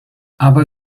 aber